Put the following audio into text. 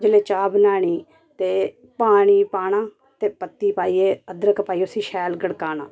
जुल्ले चा बनान्नी ते पानी पाना ते पत्ती पाइयै अदरक पाइयै उसी शैल गड़काना